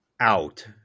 out